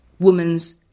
woman's